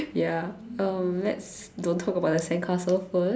ya um let's don't talk about the sandcastle first